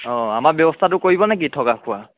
অঁ আমাৰ ব্যৱস্থাটো কৰিব নেকি থকা খোৱা